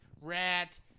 Rat